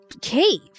cave